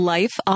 Life